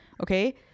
okay